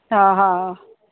हा हा